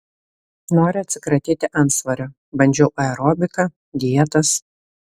noriu atsikratyti antsvorio bandžiau aerobiką dietas